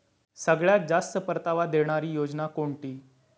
सगळ्यात जास्त परतावा देणारी योजना कोणती?